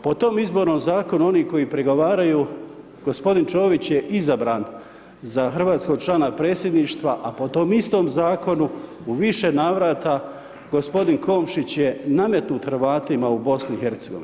Po tom izbornom zakonu oni koji prigovaraju gospodin Čović je izabran za hrvatskog člana predsjedništva a po tom istom zakonu u više navrata gospodin Komšić je nametnut Hrvatima u BiH.